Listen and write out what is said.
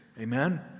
Amen